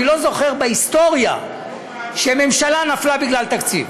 אני לא זוכר בהיסטוריה שממשלה נפלה בגלל תקציב.